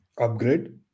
upgrade